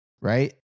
right